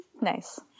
nice